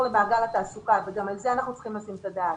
למעגל התעסוקה וגם על זה אנחנו צריכים לשים את הדעת.